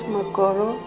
Magoro